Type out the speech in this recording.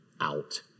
out